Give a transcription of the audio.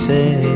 Say